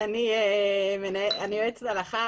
אני יועצת הלכה